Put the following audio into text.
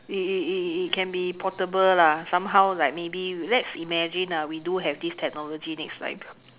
it it it it can be portable lah somehow like maybe let's imagine lah we do have this technology next time